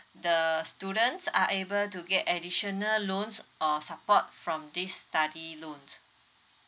the students are able to get additional loans or some support from this study loans